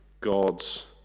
God's